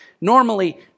normally